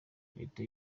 leta